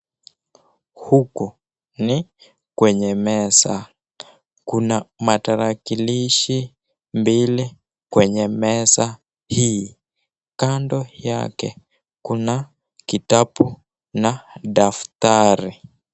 Huku ni kwenye meza, kuna matalakishi mbili kwenye meza hii, kando yake kuna kitabu na daftari.